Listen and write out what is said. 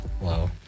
Wow